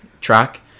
track